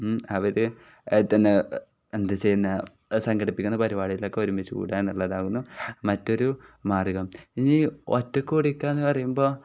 അവർ തന്നെ എന്താണ് ചെയ്യുന്നത് സംഘടിപ്പിക്കുന്ന പരിപാടികളിലൊക്കെ ഒരുമിച്ച് കൂടുക എന്നുള്ളതാകുന്നു മറ്റൊരു മാർഗ്ഗം ഇനി ഒറ്റയ്ക്ക് ഓടിക്കാം എന്ന് പറയുമ്പോൾ